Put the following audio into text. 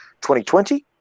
2020